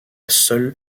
seule